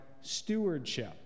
stewardship